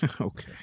Okay